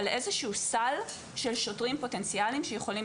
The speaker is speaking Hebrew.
על איזשהו סל של שוטרים פוטנציאליים שיכולים